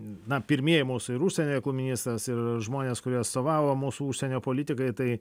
na pirmieji mūsų ir užsienyje ministras ir žmonės kurie atstovavo mūsų užsienio politikai tai